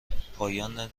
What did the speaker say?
پایان